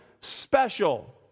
special